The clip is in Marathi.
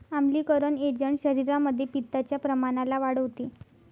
आम्लीकरण एजंट शरीरामध्ये पित्ताच्या प्रमाणाला वाढवते